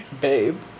Babe